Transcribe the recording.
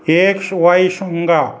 x Y সংজ্ঞা